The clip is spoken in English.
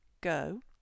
go